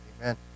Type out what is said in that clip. amen